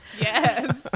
yes